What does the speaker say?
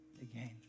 again